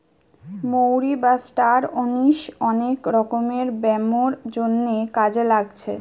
মৌরি বা star anise অনেক রকমের ব্যামোর জন্যে কাজে লাগছে